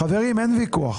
חברים, אין ויכוח.